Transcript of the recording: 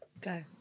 Go